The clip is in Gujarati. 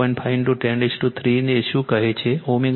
5 10 3 ને શું કહે છે ω0 2